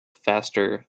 faster